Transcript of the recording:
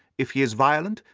if he is violent,